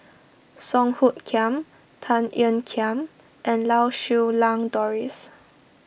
Song Hoot Kiam Tan Ean Kiam and Lau Siew Lang Doris